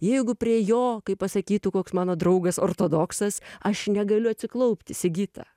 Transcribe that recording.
jeigu prie jo kaip pasakytų koks mano draugas ortodoksas aš negaliu atsiklaupti sigita